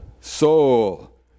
soul